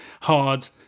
Hard